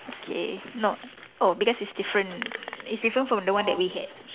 okay not oh because it's different it's different from the one that we had